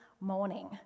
morning